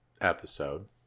episode